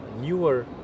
newer